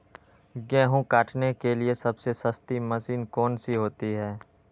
गेंहू काटने के लिए सबसे सस्ती मशीन कौन सी होती है?